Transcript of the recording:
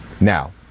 Now